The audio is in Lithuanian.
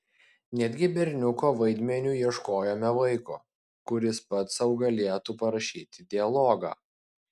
netgi berniuko vaidmeniui ieškojome vaiko kuris pats sau galėtų parašyti dialogą